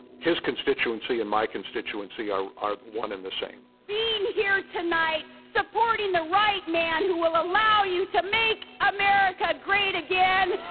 his constituency and my constituency are, are one and the same. being here tonight, supporting the right man who will allow you to make america great again,